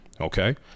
Okay